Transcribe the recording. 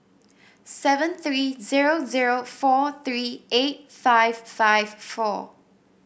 seven three zero zero four three eight five five four